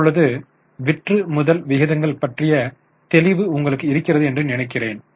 இப்பொழுது விற்றுமுதல் விகிதங்கள் பற்றிய தெளிவு உங்களுக்கு இருக்கிறது என்று நினைக்கிறேன்